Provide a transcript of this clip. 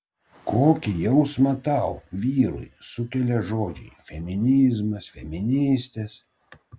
kokį jausmą tau vyrui sukelia žodžiai feminizmas feministės